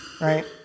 Right